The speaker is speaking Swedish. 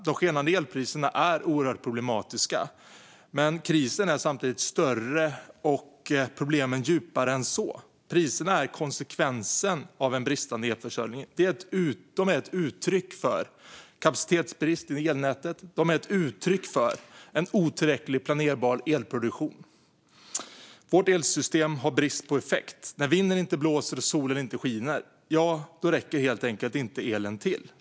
De skenande elpriserna är oerhört problematiska, men krisen är samtidigt större och problemen djupare än så. Priserna är konsekvensen av en bristande elförsörjning. De är ett uttryck för kapacitetsbristen i elnätet. De är ett uttryck för en otillräcklig planerbar elproduktion. Vårt elsystem har brist på effekt. När vinden inte blåser och solen inte skiner räcker helt enkelt inte elen till.